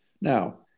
Now